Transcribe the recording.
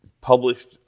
published